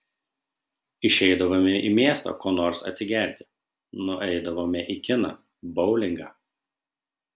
išeidavome į miestą ko nors atsigerti nueidavome į kiną boulingą